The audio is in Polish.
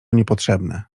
niepotrzebne